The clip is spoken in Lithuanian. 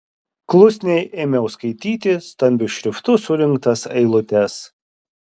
klusniai ėmiau skaityti stambiu šriftu surinktas eilutes